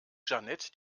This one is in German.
jeanette